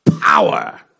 power